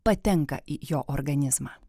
patenka į jo organizmą